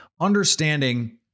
understanding